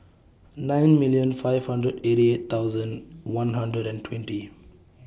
nine million five hundred eighty eight thousand one hundred and twenty